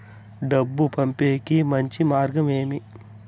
డబ్బు పంపేకి మంచి మార్గం ఏమి